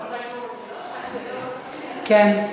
הוא רשאי לענות מתי שהוא רוצה, כן.